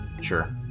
sure